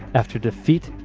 after defeat,